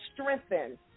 strengthen